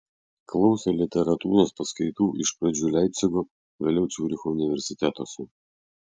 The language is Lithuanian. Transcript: klausė literatūros paskaitų iš pradžių leipcigo vėliau ciuricho universitetuose